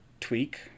tweak